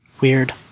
weird